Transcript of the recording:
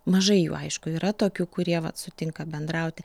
mažai jų aišku yra tokių kurie vat sutinka bendrauti